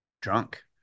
drunk